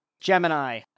gemini